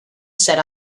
set